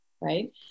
right